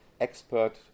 expert